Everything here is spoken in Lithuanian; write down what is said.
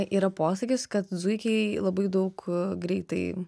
yra posakis kad zuikiai labai daug greitai